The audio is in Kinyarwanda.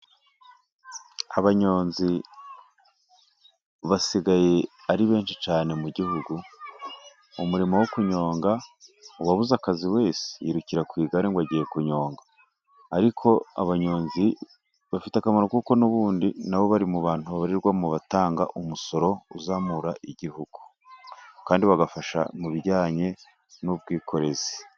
Abanyonzi basigaye ari benshi cyane mu gihugu, umurimo wo kunyonga uwabuze akazi wese yirukira ku igare ngo agiye kunyonga ariko abanyonzi bafite akamaro kuko n'ubundi nabo bari mu bantu babarirwa mu batanga umusoro. Uzamura igihugu kandi bagafasha mu bijyanye n'ubwikorezi.